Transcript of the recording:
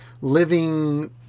living